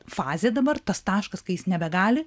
fazė dabar tas taškas kai jis nebegali